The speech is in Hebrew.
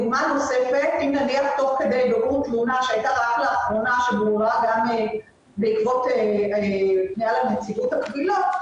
הנושא השלישי בליבת העניין כמובן זה מצוינות מקצועית.